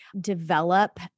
develop